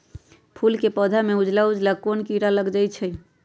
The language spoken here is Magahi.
फूल के पौधा में उजला उजला कोन किरा लग जई छइ?